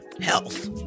health